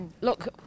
Look